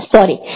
Sorry